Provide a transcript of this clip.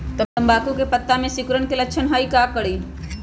तम्बाकू के पत्ता में सिकुड़न के लक्षण हई का करी?